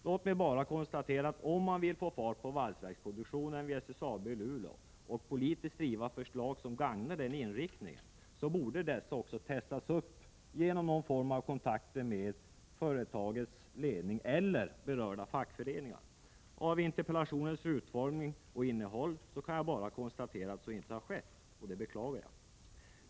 Låt mig bara konstatera följande: Om man vill få fart på valsverksproduktionen vid SSAB i Luleå och politiskt driva förslag som gagnar den inriktningen, bör dessa förslag testas genom någon form av kontakt med företagsledning eller berörda fackföreningar. Av interpellationens utformning och innehåll kan jag bara dra den slutsatsen att så inte har skett, och det beklagar jag.